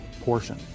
portion